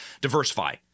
diversify